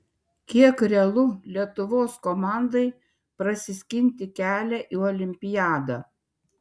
kiek realu lietuvos komandai prasiskinti kelią į olimpiadą